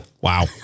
wow